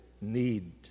need